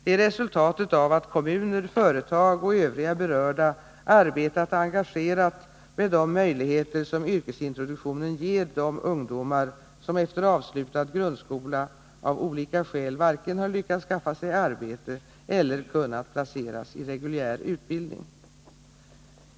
Det är resultatet av att kommuner, företag och övriga berörda arbetat engagerat med de möjligheter som yrkesintroduktionen ger de ungdomar som efter avslutad grundskola av olika skäl varken har lyckats skaffa sig arbete eller kunnat placeras i reguljär utbildning.